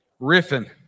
riffing